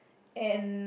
and